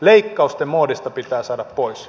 leikkausten moodista pitää saada pois